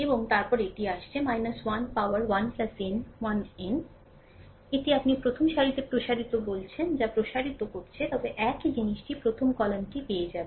এবং তারপরে এটি আসছে 1 পোর 1 n 1 n এটি আপনি প্রথম সারিতে প্রসারিত বলছেন যা প্রসারিত করছে তবে একই জিনিসটি প্রথম কলামটি পেয়ে যাবে